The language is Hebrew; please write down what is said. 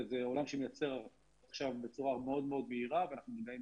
זה עולם שמייצר עכשיו בצורה מאוד מאוד מהירה ואנחנו מודעים